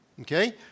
okay